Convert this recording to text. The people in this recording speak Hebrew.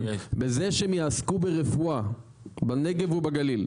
כן, בזה שיעסקו ברפואה בנגב ובגליל,